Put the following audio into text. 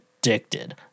addicted